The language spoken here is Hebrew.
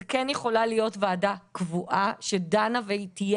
זאת כן יכולה להיות ועדה קבועה שדנה ותהיה